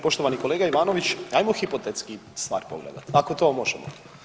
Poštovani kolega Ivanović, ajmo hipotetski stvar pogledati ako to možemo.